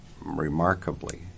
remarkably